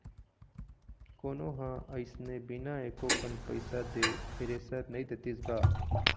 कोनो ह अइसने बिना एको कन पइसा दे थेरेसर नइ देतिस गा